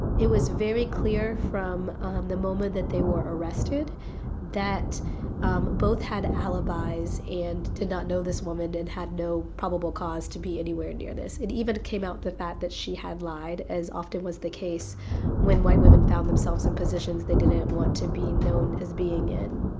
it was very clear from um the moment that they were arrested that um both had alibis and did not know this woman and had no probable cause to be anywhere near this. it even came out the fact that she had lied, as often was the case when white women found themselves in positions they didn't want to be known as being in.